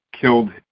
killed